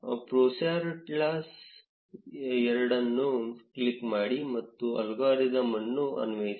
ಫೋರ್ಸ್ಯಾಟ್ಲಾಸ್ 2 ಅನ್ನು ಕ್ಲಿಕ್ ಮಾಡಿ ಮತ್ತು ಅಲ್ಗಾರಿದಮ್ ಅನ್ನು ಅನ್ವಯಿಸಿ